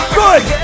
good